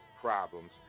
problems